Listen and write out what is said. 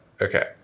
Okay